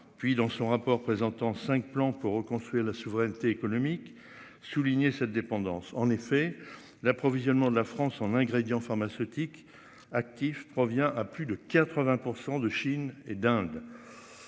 puis dans son rapport présentant 5 plan pour reconstruire la souveraineté économique souligner cette dépendance en effet l'approvisionnement de la France en ingrédients pharmaceutiques actifs provient à plus de 80% de Chine et d'Inde.